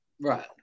Right